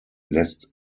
lässt